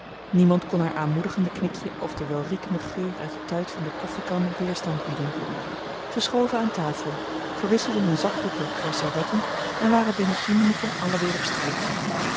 niemand kon haar aanmoedigende knikje of den welriekenden geur uit de tuit van de koffiekan weerstand bieden ze schoven aan tafel verwisselden hun zakdoeken voor servetten en waren binnen tien minuten allen weer op streek